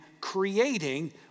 creating